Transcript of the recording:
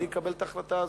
אני מקבל את ההחלטה הזאת.